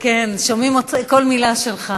כן, שומעים כל מילה שלך.